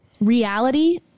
reality